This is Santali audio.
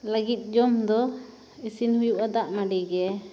ᱞᱟᱹᱜᱤᱫ ᱡᱚᱢᱫᱚ ᱤᱥᱤᱱ ᱦᱩᱭᱩᱜᱼᱟ ᱫᱟᱜᱢᱟᱺᱰᱤ ᱜᱮ